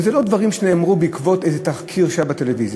וזה לא דברים שנאמרו בעקבות איזה תחקיר שהיה בטלוויזיה,